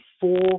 four